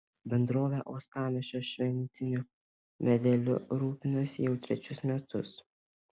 bendrovė uostamiesčio šventiniu medeliu rūpinasi jau trečius metus